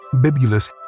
bibulous